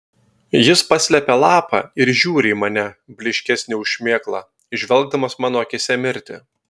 jis paslepia lapą ir žiūri į mane blyškesnį už šmėklą įžvelgdamas mano akyse mirtį